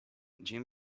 jim